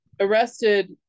arrested